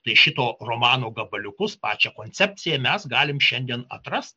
tai šito romano gabaliukus pačią koncepciją mes galime šiandien atrast